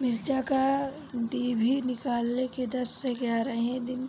मिरचा क डिभी निकलले के दस से एग्यारह दिन